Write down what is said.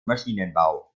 maschinenbau